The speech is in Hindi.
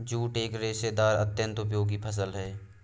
जूट एक रेशेदार अत्यन्त उपयोगी फसल है